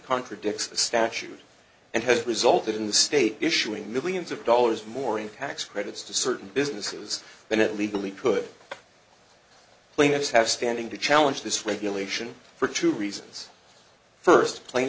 contradicts the statute and has resulted in the state issuing millions of dollars more in tax credits to certain businesses than it legally could plaintiffs have standing to challenge this regulation for two reasons first pla